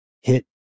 hit